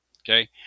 okay